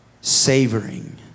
Savoring